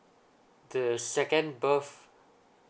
the second birth